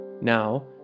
Now